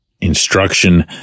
instruction